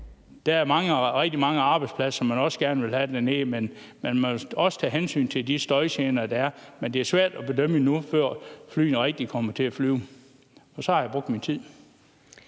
der er rigtig mange arbejdspladser, man også gerne vil have dernede, og man må jo også tage hensyn til de støjgener, der er. Men det er svært at bedømme endnu, før flyene rigtig kommer til at flyve. Så har jeg brugt min tid.